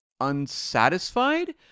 unsatisfied